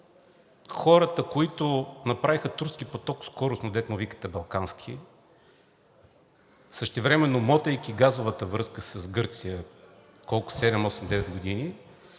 хората, които направиха Турски поток скоростно, дето му викате „Балкански“ същевременно, мотаейки газовата връзка с Гърция колко,